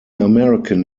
american